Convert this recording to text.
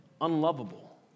unlovable